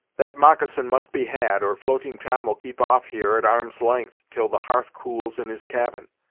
that moccasin must be had, or floating tom will keep off, here, at arm's length, till the hearth cools in his cabin.